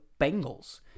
Bengals